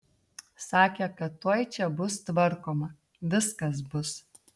sakė kad tuoj čia bus tvarkoma viskas bus